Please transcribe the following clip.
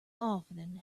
often